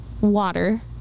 water